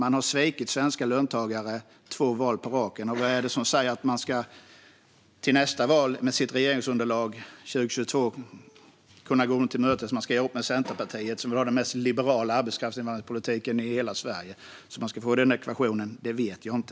Man har svikit svenska löntagare två val på raken, och med tanke på regeringsunderlaget valet 2022, vad är det som säger att man till nästa val ska kunna gå dem till mötes? Man ska göra upp med Centerpartiet som vill ha den mest liberala arbetskraftsinvandringspolitiken i hela Sverige. Hur man ska få ihop den ekvationen vet jag inte.